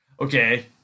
Okay